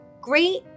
Great